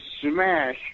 smash